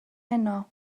heno